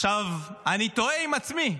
עכשיו אני תוהה עם עצמי,